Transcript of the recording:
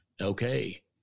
Okay